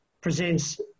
presents